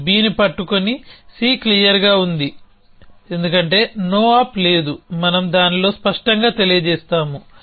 మీరు Bని పట్టుకుని C క్లియర్గా ఉంది ఎందుకంటే no op లేదు మనం దానిలో స్పష్టంగా తెలియజేస్తాము